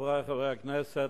חברי חברי הכנסת,